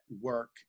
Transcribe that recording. work